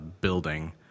building